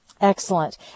Excellent